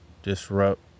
Disrupt